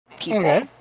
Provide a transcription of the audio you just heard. people